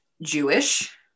Jewish